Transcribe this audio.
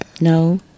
No